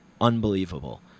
unbelievable